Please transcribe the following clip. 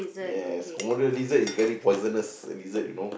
yes Komodo lizard is very poisonous the lizard you know